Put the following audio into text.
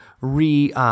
re